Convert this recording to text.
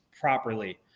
properly